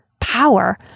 power